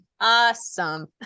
Awesome